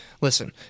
listen